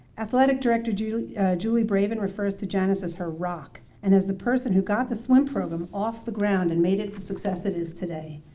athletic director julie julie bravin refers to janice as her rock and as the person who got the swim program off the ground and made it the success it is today.